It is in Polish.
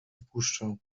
wpuszczę